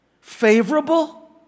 favorable